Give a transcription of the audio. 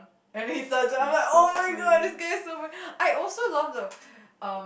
and then he starts it I'm like [oh]-my-god this guy is super I also love the um